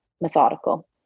methodical